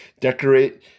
Decorate